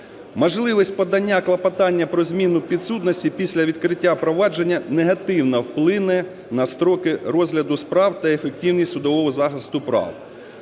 Можливість подання клопотання про зміну підсудності після відкриття провадження негативно вплине на строки розгляду справ та ефективність судового захисту прав.